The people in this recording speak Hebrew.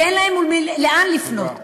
כי אין להם לאן לפנות.